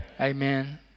Amen